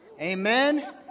amen